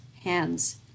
hands